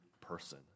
person